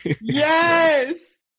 Yes